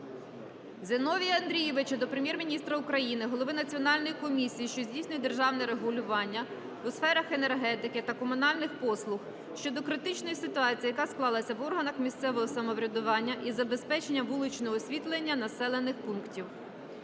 Андрійовича до Прем'єр-міністра України, голови Національної комісії, що здійснює державне регулювання у сферах енергетики та комунальних послуг щодо критичної ситуації, яка склалася в органах місцевого самоврядування із забезпеченням вуличного освітлення населених пунктів.